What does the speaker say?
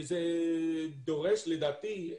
וזה דורש, לדעתי,